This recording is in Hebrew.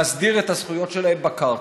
להסדיר את הזכויות שלהם בקרקע,